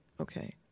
Okay